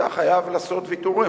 אתה חייב לעשות ויתורים.